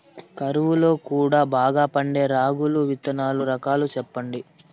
కరువు లో కూడా బాగా పండే రాగులు విత్తనాలు రకాలు చెప్పండి?